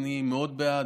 ואני מאוד בעד,